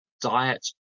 diet